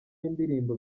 y’indirimbo